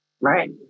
Right